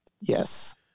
Yes